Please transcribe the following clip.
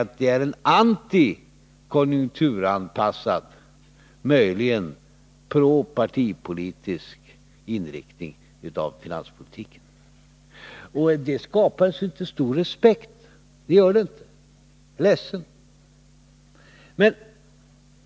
Nej, det är en antikonjunkturanpassad finanspolitik, möjligen med propartipolitisk inriktning. Jag är ledsen, men det skapar inte stor respekt.